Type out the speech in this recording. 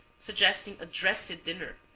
suggesting a dressy dinner,